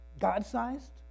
God-sized